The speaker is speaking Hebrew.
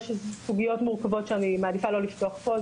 יש סוגיות מורכבות שאני מעדיפה לא לפתוח פה,